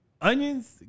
Onions